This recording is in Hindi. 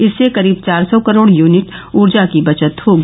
इससे करीब चार सौ करोड़ यूनिट ऊर्जा की बचत होगी